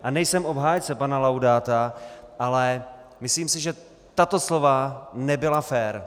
A nejsem obhájce pana Laudáta, ale myslím si, že tato slova nebyla fér.